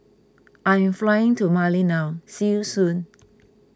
I am flying to Mali now See you soon